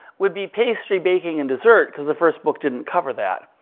would be pastry baking and dessert, because the first book didn't cover that.